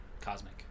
cosmic